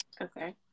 Okay